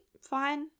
fine